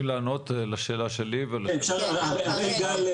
אני הראל גל,